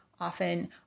often